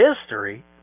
history